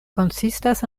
konsistas